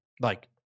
Like-